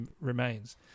remains